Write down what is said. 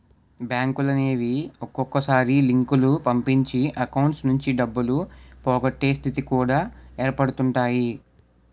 బ్యాంకులనేవి ఒక్కొక్కసారి లింకులు పంపించి అకౌంట్స్ నుంచి డబ్బులు పోగొట్టే స్థితి కూడా ఏర్పడుతుంటాయి